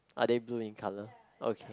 are they blue in colour okay